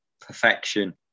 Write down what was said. perfection